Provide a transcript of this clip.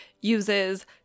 uses